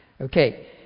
Okay